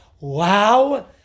Wow